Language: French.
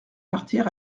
partir